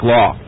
Law